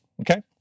Okay